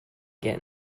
get